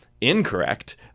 incorrect